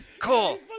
Cool